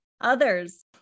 others